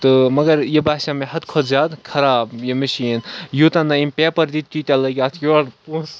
تہٕ مَگر یہِ باسیٚو مےٚ حدٕ کھۄتہٕ زیادٕ خراب یہِ مِشیٖن یوٗتاہ نہٕ أمۍ پیپر دِتۍ تیٖتیہ لٔگۍ اتھ یورٕ پونسہٕ